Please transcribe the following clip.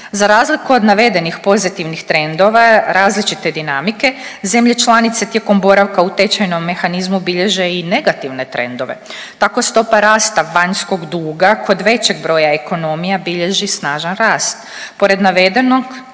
Za razliku od navedenih pozitivnih trendova različite dinamike zemlje članice tijekom boravka u tečajnom mehanizmu bilježe i negativne trendove. Tako stopa rasta vanjskog duga kod većeg broja ekonomija bilježi snažan rast. Pored navedenog